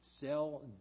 sell